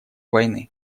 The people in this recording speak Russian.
войны